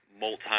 multi